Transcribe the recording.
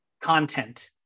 content